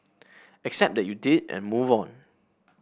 accept that you did and move on